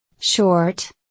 short